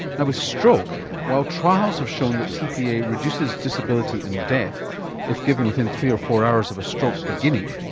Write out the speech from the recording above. now, with stroke, while trials have shown that tpa reduces disability and death if given within three or four hours of a stroke beginning,